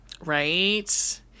Right